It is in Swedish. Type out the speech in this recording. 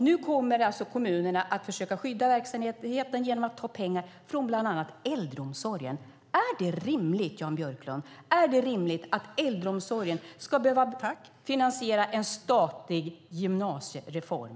Nu kommer kommunerna att försöka skydda verksamheten genom att ta pengar från bland annat äldreomsorgen. Är det rimligt, Jan Björklund? Är det rimligt att äldreomsorgen ska behöva finansiera en statlig gymnasiereform?